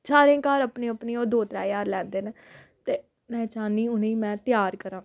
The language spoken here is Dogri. सारें गै घर अपने अप अपने ओह् दो त्रै ज्हार लैंदे न ते में चाह्न्नी उ'नेंगी में त्यार करां